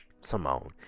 Simone